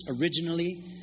originally